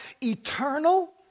eternal